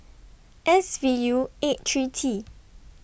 S V U eight three T